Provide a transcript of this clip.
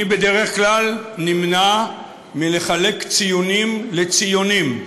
אני בדרך כלל נמנע מלחלק ציוּנים לציוֹנים.